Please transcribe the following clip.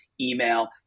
email